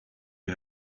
you